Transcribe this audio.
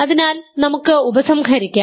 അതിനാൽ നമുക്ക് ഉപസംഹരിക്കാം